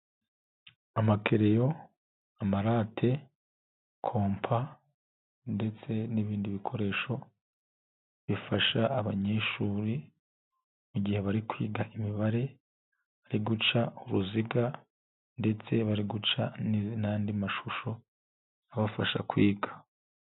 Amakereyo, amarate compa ndetse n'ibindi bikoresho bifasha abanyeshuri mu gihe bari kwiga imibare bari guca uruziga ndetse bari guca n'andi mashusho abafasha kwiga.